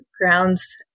grounds